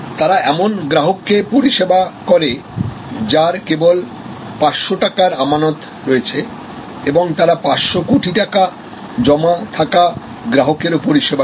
তারা এমন গ্রাহককে পরিষেবা করে যার কেবল ৫০০ টাকার আমানত রয়েছে এবং তারা ৫০০ কোটি টাকা জমা থাকা গ্রাহকেরও পরিষেবা করে